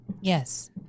Yes